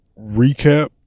recap